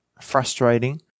frustrating